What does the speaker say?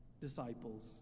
disciples